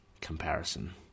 comparison